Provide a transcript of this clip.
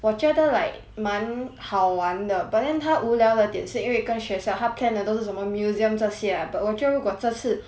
我觉得 like 蛮好玩的 but then 他无聊了点是因为跟学校他 plan 的都是什么 museum 这些 lah but 我觉得如果这次